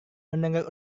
mendengar